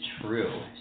true